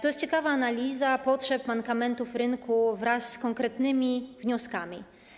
To jest ciekawa analiza potrzeb, mankamentów rynku, wraz z konkretnymi wnioskami.